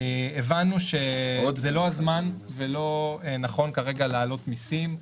הבנו שזה לא הזמן ולא נכון כרגע להעלות מיסים,